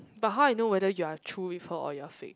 but how I know whether you are true with her or you are fake